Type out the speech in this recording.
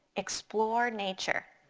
explore nature,